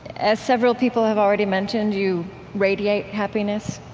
as several people have already mentioned, you radiate happiness.